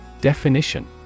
Definition